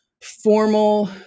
formal